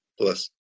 plus